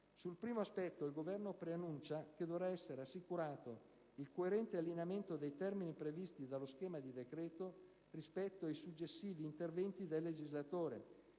al primo aspetto, il Governo preannuncia che dovrà essere assicurato il coerente allineamento dei termini previsti dallo schema di decreto rispetto ai successivi interventi del legislatore.